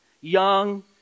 young